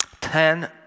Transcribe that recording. ten